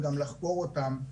וגם לחקור אותם.